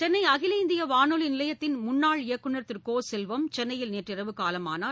சென்னை அகில இந்திய வானொலி நிலையத்தின் முன்னாள் இயக்குநர் திரு கோ செல்வம் சென்னையில் நேற்றிரவு காலமானார்